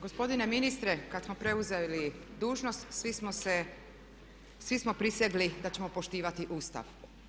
Gospodine ministre kad smo preuzeli dužnost svi smo prisegli da ćemo poštivati Ustav.